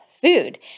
food